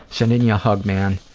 sending you a hug, man.